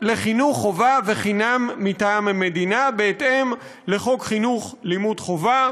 לחינוך חובה וחינם מטעם המדינה בהתאם לחוק חינוך לימוד חובה